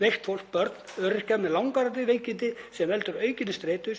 Veikt fólk, börn, öryrkjar með langvarandi veikindi sem valda aukinni streitu,